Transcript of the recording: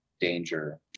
danger